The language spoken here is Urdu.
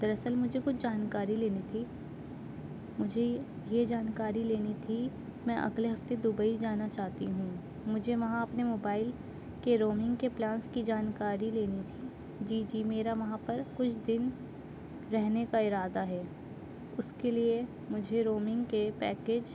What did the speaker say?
دراصل مجھے کچھ جانکاری لینی تھی مجھے یہ جانکاری لینی تھی میں اگلے ہفتے دبئی جانا چاہتی ہوں مجھے وہاں اپنے موبائل کے رومنگ کے پلانس کی جانکاری لینی تھی جی جی میرا وہاں پر کچھ دن رہنے کا ارادہ ہے اس کے لیے مجھے رومنگ کے پیکیج